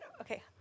Okay